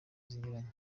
zinyuranye